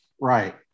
right